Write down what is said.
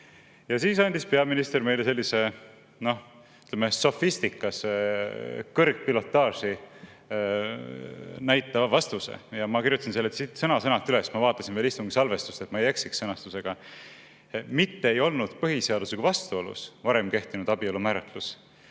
Siis andis peaminister meile sellise, ütleme, sofistika kõrgpilotaaži näitava vastuse. Ma kirjutasin selle sõna-sõnalt üles. Ma vaatasin veel istungi salvestust, et ma ei eksiks sõnastusega: mitte ei olnud põhiseadusega vastuolus see varem kehtinud abielu määratlus,